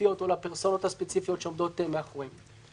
הספציפיות או לפרסונות הספציפיות שעומדות מאחוריהם.